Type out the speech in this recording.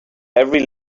every